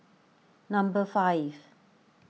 number five